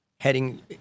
heading